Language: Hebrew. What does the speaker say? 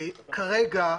כרגע,